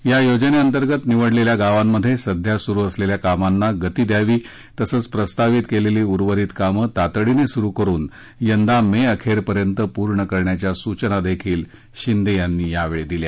या योजनेअंतर्गत निवडलेल्या गावांमध्ये सध्या सुरू असलेल्या कामाना गती द्यावी तसच प्रस्तावित केलेली उर्वरित काम तातडीने सुरू करून यंदा मे अखेरपर्यंत पूर्ण करण्याच्या सूचनाही शिंदे यांनी यावेळी दिल्या